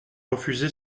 refusé